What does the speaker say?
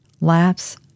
lapse